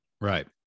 right